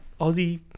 Aussie